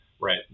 Right